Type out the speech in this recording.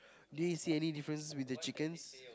did you see any difference with the chickens